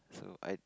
so I